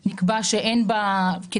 אני הקראתי מפה ואני